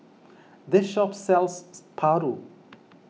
this shop sells Paru